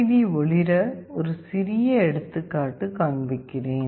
D ஒளிர ஒரு சிறிய எடுத்துக்காட்டு காண்பிக்கிறேன்